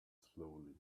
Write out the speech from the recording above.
slowly